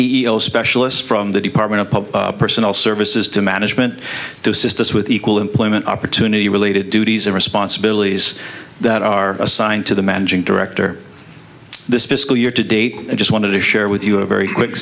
c specialists from the department of public personal services to management to assist us with equal employment opportunity related duties and responsibilities that are assigned to the managing director this fiscal year to date i just wanted to share with you a very quick